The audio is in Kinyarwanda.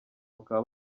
bakaba